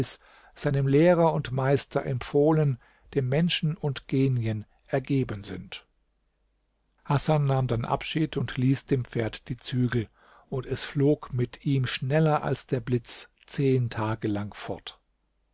seinem lehrer und meister empfohlen dem menschen und genien ergeben sind hasan nahm dann abschied und ließ dem pferd die zügel und es flog mit ihm schneller als der blitz zehn tage lang fort